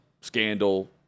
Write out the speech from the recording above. scandal